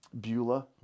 Beulah